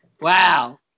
Wow